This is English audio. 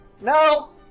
No